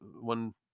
one